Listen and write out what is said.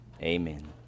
Amen